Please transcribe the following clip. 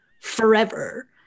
forever